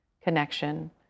connection